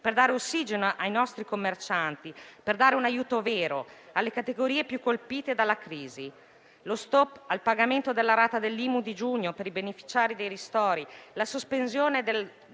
per dare ossigeno ai nostri commercianti, per dare un aiuto vero alle categorie più colpite dalla crisi: lo *stop* al pagamento della rata dell'IMU di giugno per i beneficiari dei ristori; la sospensione del